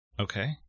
Okay